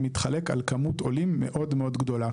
מתחלק על כמות עולים מאוד מאוד גדולה.